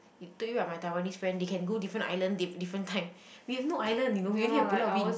told you [what] my Taiwanese friend they can go different island diff~ different time we have no island you know we only have Pulau-Ubin